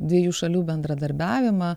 dviejų šalių bendradarbiavimą